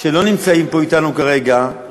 נמצאים פה אתנו כרגע,